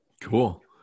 cool